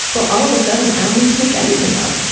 well, all of a sudden, i don't need to make anything up.